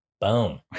Boom